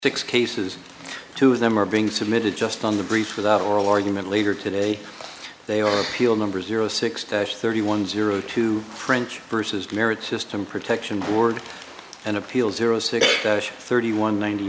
six cases two of them are being submitted just on the brief without oral argument later today they are appeal number zero six tash thirty one zero two french versus merit system protection board and appeal zero six thirty one ninety